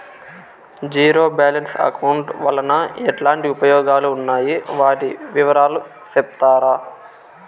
Zero balance account వలన ఎట్లాంటి ఉపయోగాలు ఉన్నాయి? వాటి వివరాలు సెప్తారా?